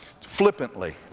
flippantly